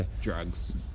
Drugs